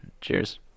Cheers